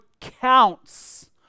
counts